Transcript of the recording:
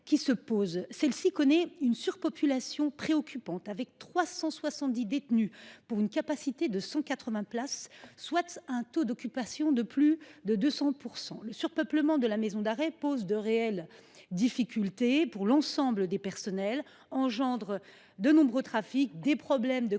qui se pose. Celle ci connaît une surpopulation préoccupante, avec 370 détenus pour une capacité de 180 places, soit un taux d’occupation de plus de 200 %. Le surpeuplement de la maison d’arrêt pose de réelles difficultés pour l’ensemble du personnel, engendrant de nombreux trafics et des problèmes de